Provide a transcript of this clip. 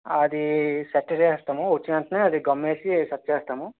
అదీ సెట్ చేసేస్తము వచ్చినెంటనే అది గమ్ వేసి సెట్ చేస్తాము